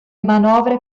manovre